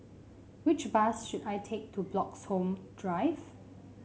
which bus should I take to Bloxhome Drive